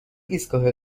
ایستگاه